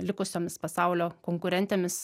likusiomis pasaulio konkurentėmis